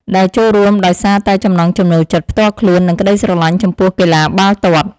ដែលចូលរួមដោយសារតែចំណង់ចំណូលចិត្តផ្ទាល់ខ្លួននិងក្តីស្រលាញ់ចំពោះកីឡាបាល់ទាត់។